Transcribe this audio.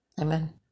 Amen